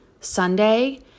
Sunday